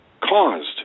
caused